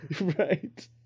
Right